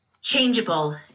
changeable